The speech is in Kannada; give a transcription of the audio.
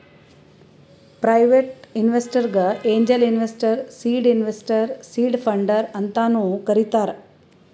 ಪ್ರೈವೇಟ್ ಇನ್ವೆಸ್ಟರ್ಗ angel investor, seed investor, seed funder ಅಂತಾನು ಕರಿತಾರ್